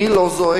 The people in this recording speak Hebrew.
מי לא זועק?